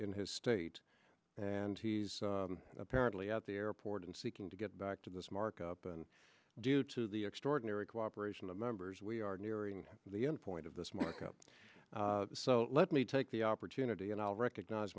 in his state and he's apparently at the airport and seeking to get back to this markup and due to the extraordinary cooperation of members we are nearing the end point of this markup so let me take the opportunity and i'll recognize